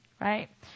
right